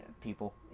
people